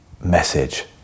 message